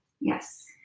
Yes